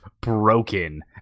broken